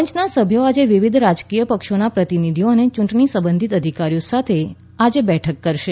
પંચના સભ્યો આજે વિવિધ રાજકીય પક્ષોના પ્રતિનિધિઓ અને ચૂંટણી સંબંધિત અધિકારીઓ સાથે આજે બેઠક કરશે